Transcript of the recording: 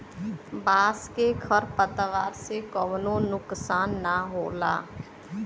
बांस के खर पतवार से कउनो नुकसान ना होला